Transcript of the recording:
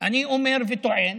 אני אומר וטוען